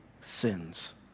sins